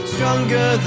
Stronger